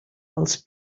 als